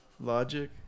Logic